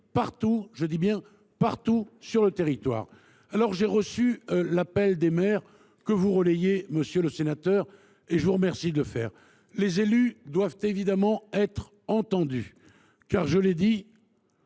partout – je dis bien : partout !– sur le territoire. J’ai reçu l’appel des maires que vous relayez, monsieur le sénateur, et je vous remercie de le faire. Les élus doivent évidemment être entendus et